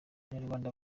abanyarwanda